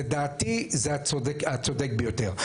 לדעתי זה הצודק ביותר.